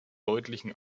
deutlichen